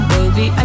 Baby